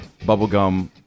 Bubblegum